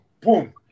boom